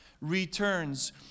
returns